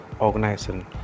organization